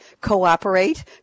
cooperate